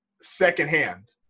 secondhand